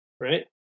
right